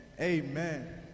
amen